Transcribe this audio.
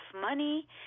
money